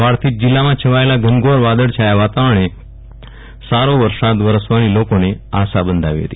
સવારથી જ જીલ્લામાં છવાયેલા ઘનઘોર વાદળ છાયા વાતાવરણે સારો વરસાદ વરસવાની લોકોને આશા બંધાવી હતી